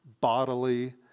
bodily